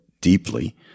deeply